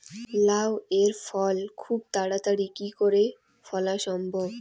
লাউ এর ফল খুব তাড়াতাড়ি কি করে ফলা সম্ভব?